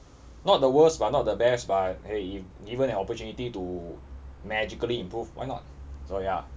not the worst but not the best but !hey! if given an opportunity to magically improve why not so ya